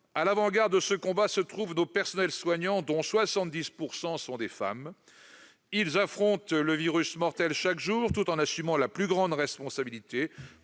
À l'avant-garde de ce combat se trouvent nos personnels soignants, dont 70 % sont des femmes. Ils affrontent le virus mortel chaque jour, tout en assumant la plus grande responsabilité